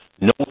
No